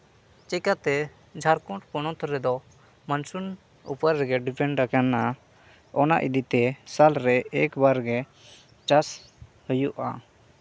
ᱪᱤᱠᱟᱹᱛᱮ ᱡᱷᱟᱲᱠᱷᱚᱸᱰ ᱯᱚᱱᱚᱛ ᱨᱮᱫᱚ ᱢᱚᱱᱥᱩᱱ ᱩᱯᱚᱨ ᱨᱮᱜᱮ ᱰᱤᱯᱮᱱᱰ ᱟᱠᱟᱱᱟ ᱚᱱᱟ ᱤᱫᱤᱛᱮ ᱥᱟᱞᱨᱮ ᱮᱹᱠᱵᱟᱨ ᱜᱮ ᱪᱟᱥ ᱦᱩᱭᱩᱜᱼᱟ